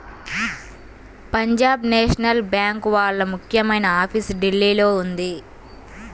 Punjab National Bank వాళ్ళ ముఖ్యమైన office ఢిల్లీలో ఉంది